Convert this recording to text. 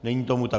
Není tomu tak.